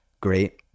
Great